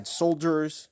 soldiers